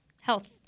Health